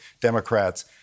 Democrats